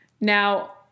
Now